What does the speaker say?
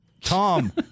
Tom